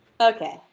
okay